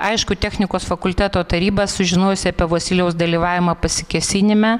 aišku technikos fakulteto taryba sužinojusi apie vosyliaus dalyvavimą pasikėsinime